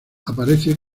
aparece